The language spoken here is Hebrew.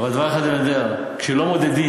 אבל דבר אחד אני יודע: כשלא מודדים